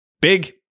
Big